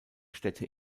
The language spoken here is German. städte